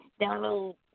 download